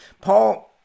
Paul